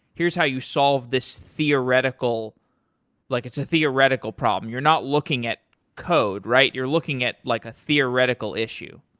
here's how you solve this theoretical like it's a theoretical problem. you're not looking at code, right? you're looking at like a theoretical issue.